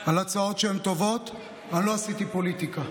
על הצעות שהן טובות, אני לא עשיתי פוליטיקה.